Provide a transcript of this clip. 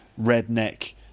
redneck